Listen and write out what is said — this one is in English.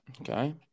Okay